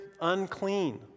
unclean